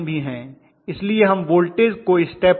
इसलिए हम वोल्टेज को स्टेप अप करते हैं